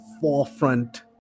forefront